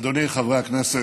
אדוני, חברי הכנסת,